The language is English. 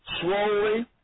slowly